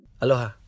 Aloha